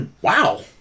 Wow